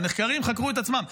הנחקרים חקרו את עצמם,